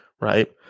right